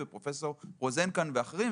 פרופסור רוזן ואחרים,